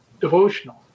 devotional